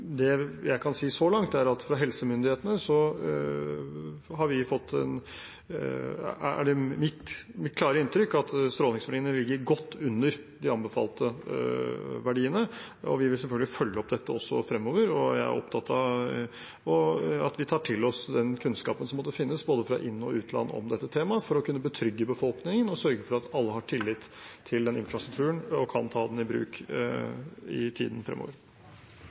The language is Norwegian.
Det jeg kan si så langt, er at det er mitt klare inntrykk, gitt det vi har fått fra helsemyndighetene, at strålingsverdiene ligger godt under de anbefalte verdiene. Vi vil selvfølgelig følge opp dette fremover. Jeg er opptatt av at vi tar til oss den kunnskapen som måtte finnes, fra både inn- og utland, om dette temaet for å kunne betrygge befolkningen og sørge for at alle har tillit til infrastrukturen og kan ta den i bruk i tiden fremover.